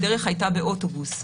בדרך הייתה באוטובוס,